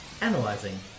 Analyzing